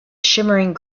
shimmering